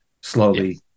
slowly